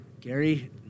Gary